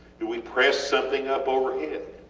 do we press something up over head